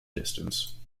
distance